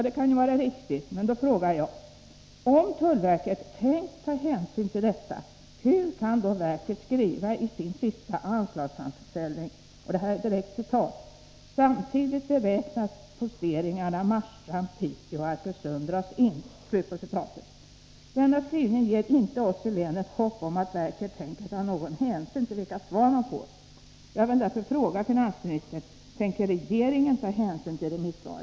Det kan ju vara riktigt, men då frågar jag: Om tullverket tänkt ta hänsyn till detta, hur kan då verket skriva i sin senaste anslagsframställning: ”Samtidigt beräknas posteringarna Marstrand, Piteå och Arkösund dras in”? Denna skrivning ger inte oss i länet hopp om att verket tänker ta någon hänsyn till vilka svar man får.